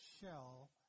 Shell